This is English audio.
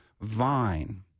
vine